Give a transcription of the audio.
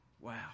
Wow